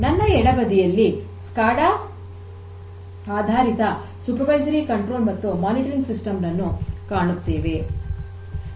ನನ್ನ ಎಡಬದಿಯಲ್ಲಿ ಸ್ಕಾಡಾ ಆಧಾರಿತ ಮೇಲ್ವಿಚಾರಣಾ ನಿಯಂತ್ರಣ ಮತ್ತು ಮೇಲ್ವಿಚಾರಣೆ ಸಿಸ್ಟಮ್ ನನ್ನು ಕಾಣುತ್ತೇವೆ